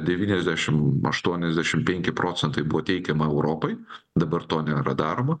devyniasdešim aštuoniasdešim penki procentai buvo teikiama europai dabar to nėra daroma